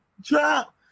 Drop